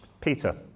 Peter